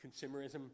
consumerism